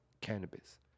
cannabis